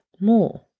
more